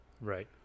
Right